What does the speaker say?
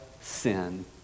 sin